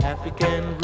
African